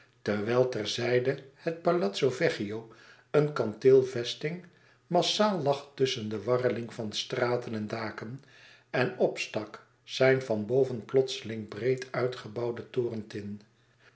terwijl terzijde het palazzo vecchio een kanteelvesting massaal lag tusschen de warreling van straten en daken en opstak zijn van boven plotseling breed uitgebouwde torentin